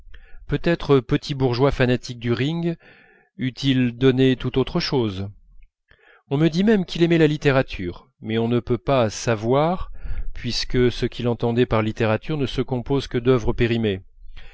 peut-être petit bourgeois fanatique du ring eût-il donné tout autre chose on me dit même qu'il aimait la littérature mais on ne peut pas savoir puisque ce qu'il entendait par littérature se compose d'œuvres périmées